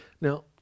Now